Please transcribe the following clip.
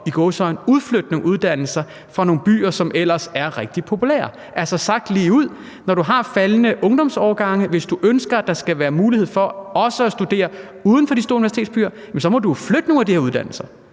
i gåseøjne at udflytte nogle uddannelser fra nogle byer, som ellers er rigtig populære. Altså, sagt ligeud: Når man har faldende ungdomsårgange, og hvis man ønsker, at der skal være mulighed for også at studere uden for de store universitetsbyer, så må man jo flytte nogle af de her uddannelser,